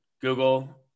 Google